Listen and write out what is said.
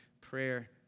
prayer